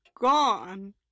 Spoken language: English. gone